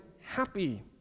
happy